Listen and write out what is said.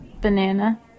Banana